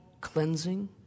cleansing